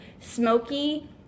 smoky